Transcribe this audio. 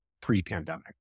pre-pandemic